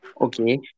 Okay